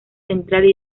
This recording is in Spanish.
central